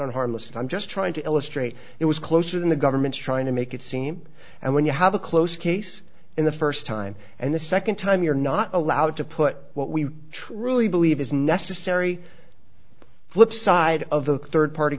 on harmless i'm just trying to illustrate it was closer than the government's trying to make it seem and when you have a close case in the first time and the second time you're not allowed to put what we truly believe is necessary flip side of the third party